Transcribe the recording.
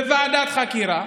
על ועדת חקירה,